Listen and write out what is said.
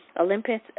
olympus